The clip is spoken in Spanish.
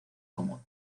como